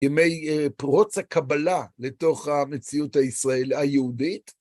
ימי פרוץ הקבלה לתוך המציאות הישראל היהודית.